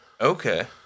Okay